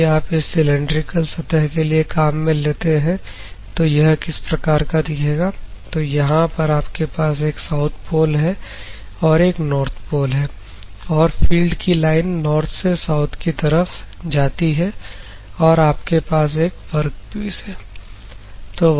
यदि आप इस सिलैंडरिकल सतह के लिए काम में लेते हैं तो यह किस प्रकार का दिखेगा तो यहां पर आपके पास एक साउथ पोल है और एक नॉर्थ पोल है और फील्ड की लाइन नॉर्थ से साउथ की तरफ जाती है और आपके पास एक वर्कपीस है